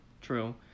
true